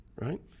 right